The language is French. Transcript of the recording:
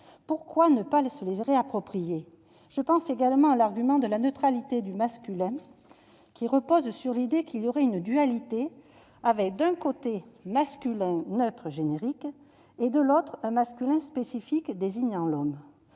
pourquoi ne pas se les réapproprier ? Je pense également à l'argument de la neutralité du masculin, qui repose sur l'idée qu'il y aurait une dualité : d'un côté, un masculin neutre générique ; de l'autre, un masculin spécifique désignant l'homme.